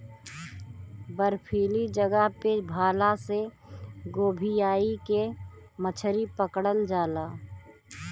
बर्फीली जगह पे भाला से गोभीयाई के मछरी पकड़ल जाला